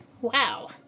Wow